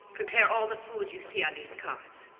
prepare all the foods you see on these cards.